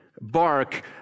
bark